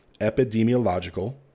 epidemiological